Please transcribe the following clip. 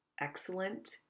excellent